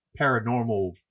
paranormal